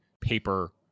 paper